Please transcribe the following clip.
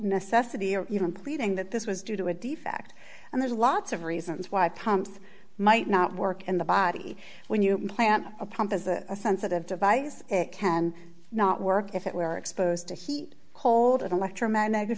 necessity or even pleading that this was due to a defect and there's lots of reasons why pumps might not work in the body when you plant a pump as a sensitive device it can not work if it were exposed to heat cold electromag